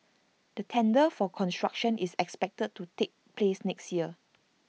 the tender for construction is expected to take place next year